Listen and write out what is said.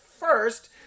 first